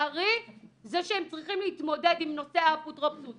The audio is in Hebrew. ולצערי זה שהם צריכים להתמודד עם נושא האפוטרופסות